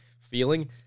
feeling